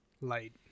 light